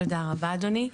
תודה רבה, אדוני.